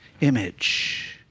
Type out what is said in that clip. image